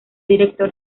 director